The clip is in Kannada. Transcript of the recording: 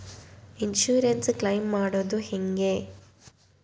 ಇನ್ಸುರೆನ್ಸ್ ಕ್ಲೈಮ್ ಮಾಡದು ಹೆಂಗೆ?